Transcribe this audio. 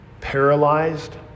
paralyzed